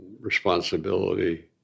responsibility